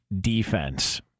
defense